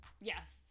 Yes